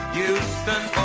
Houston